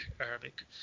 Arabic